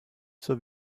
zur